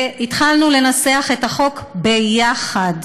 והתחלנו לנסח את החוק ביחד,